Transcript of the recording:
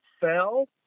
fell